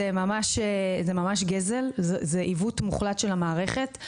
זה ממש גזל, זה עיוות מוחלט של המערכת.